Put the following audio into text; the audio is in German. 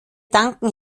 danken